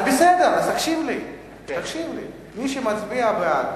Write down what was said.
אז בסדר, תקשיב לי, מי שמצביע בעד,